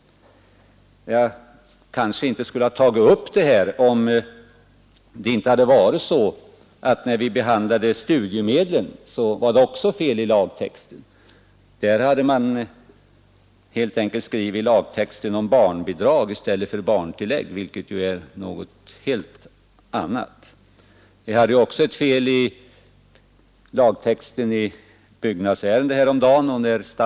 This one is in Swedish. Jag skulle inte ha tagit upp detta om det inte hade varit så att när vi behandlade frågan om studiemedel så var det också fel i lagtexten. Man hade skrivit barnbidrag i stället för barntillägg, vilket ju är något helt annat. När vi häromdagen behandlade ett byggnadsärende upptäckte vi också fel i lagtexten.